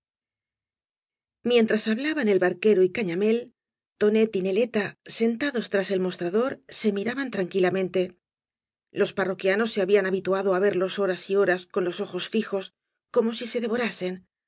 mientras hablaban el barquero y cañamél tonet y neleta sentados tras el mostrador se miraban tranquilamente los parroquianos se habían habituado á verlos horas y horas con los ojos fijos como si se devorasen